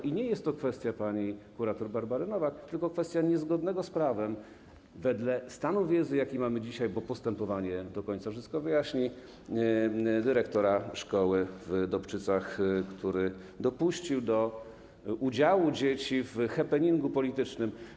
I nie jest to kwestia pani kurator Barbary Nowak, tylko kwestia niezgodnego z prawem postępowania - wedle stanu wiedzy, jaki mamy dzisiaj, bo postępowanie do końca wszystko wyjaśni - dyrektor szkoły w Dobczycach, która dopuściła do udziału dzieci w happeningu politycznym.